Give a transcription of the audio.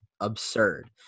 absurd